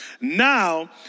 Now